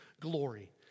glory